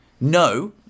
no